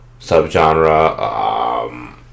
subgenre